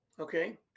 Okay